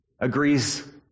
agrees